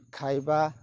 ଖାଇବା